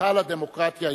היכל הדמוקרטיה הישראלית.